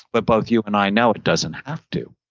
but both you and i know it doesn't have to.